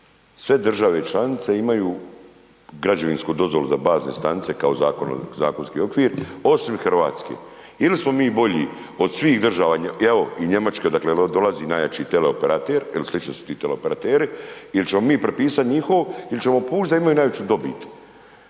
sve države i članice imaju građevinsku dozvolu za bazne stanice kao zakonski okvir osim RH, ili smo mi bolji od svih država, evo i Njemačka, dakle, odakle dolazi najjači teleoperator jel slični su ti teleoperateri il ćemo mi pripisat njihovo il ćemo puštit da imaju najveću dobit.